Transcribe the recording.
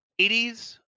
80s